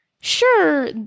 Sure